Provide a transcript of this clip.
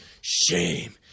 shame